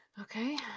okay